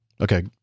Okay